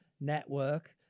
Network